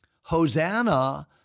Hosanna